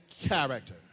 character